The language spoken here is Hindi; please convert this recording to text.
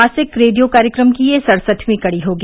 मासिक रेडियो कार्यक्रम की यह सड़सठवीं कड़ी होगी